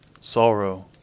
Sorrow